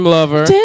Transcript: Lover